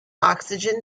oxygen